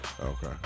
Okay